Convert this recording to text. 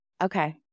okay